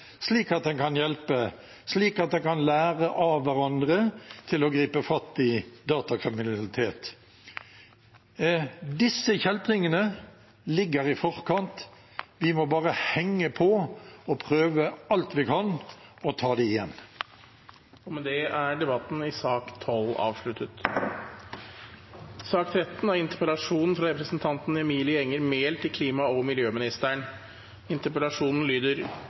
slik at en kan hjelpe, slik at en kan lære av hverandre for å gripe fatt i datakriminalitet. Disse kjeltringene ligger i forkant. Vi må bare henge på og prøve alt vi kan å ta dem igjen. Flere har ikke bedt om ordet til sak